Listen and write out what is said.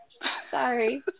Sorry